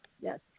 Yes